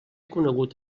conegut